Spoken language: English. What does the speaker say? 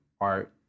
art